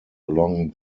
along